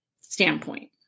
standpoint